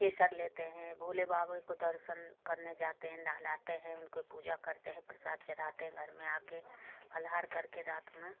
केसर लेते हैं भोले बाबा को दर्शन करने जाते हैं नहलाते हैं उनके पूजा करते हैं प्रसाद चढ़ाते हैं घर में आ के फलहार करके रात में